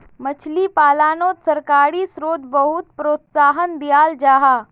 मछली पालानोत सरकारी स्त्रोत बहुत प्रोत्साहन दियाल जाहा